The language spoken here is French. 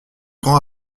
grand